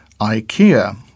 IKEA